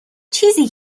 چیزی